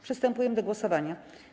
Przystępujemy do głosowania.